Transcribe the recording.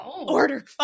order